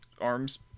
arms